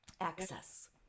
access